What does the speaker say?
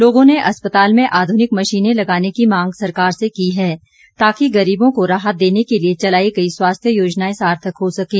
लोगों ने अस्पताल में आधुनिक मशीनें लगाने की मांग सरकार से की है ताकि गरीबों को राहत देने के लिए चलाई गई स्वास्थ्य योजनाएं सार्थक हो सकें